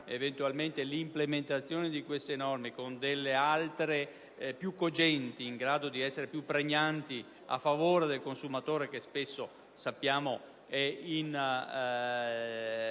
eventualmente, l'implementazione di tali norme con altre più cogenti, ed in grado di essere più pregnanti, a favore del consumatore (che spesso sappiamo essere